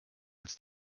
als